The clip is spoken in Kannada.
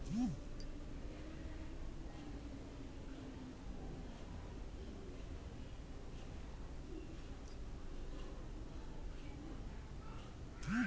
ಸಂಸ್ಕರಿಸಿದ ನಾರಿನಂಶವು ಡಿಹೈರಿಂಗ್ ವಾಷಿಂಗ್ ಕಾರ್ಡಿಂಗ್ ಪ್ರಕ್ರಿಯೆ ಮೂಲಕ ಬಂದಿದ್ದು ಸ್ಪಿನ್ ಮಾಡಲು ಸಿದ್ಧವಾಗಿದೆ